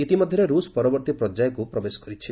ଇତିମଧ୍ୟରେ ରୁଷ୍ ପରବର୍ତ୍ତୀ ପର୍ଯ୍ୟାୟକୁ ପ୍ରବେଶ କରିଛି